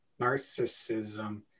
narcissism